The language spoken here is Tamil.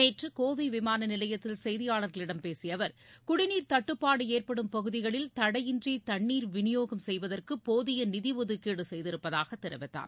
நேற்றுகோவைவிமானநிலையத்தில் செய்தியாளர்களிடம் பேசியஅவர் குடிநீர் தட்டுப்பாடுஏற்படும் பகுதிகளில் தடையின்றிதணீர் விநியோகம் செய்வதற்குபோதியநிதிஒதுக்கீடுசெய்திருப்பதாகதெரிவித்தார்